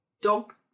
dog